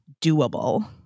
doable